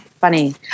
Funny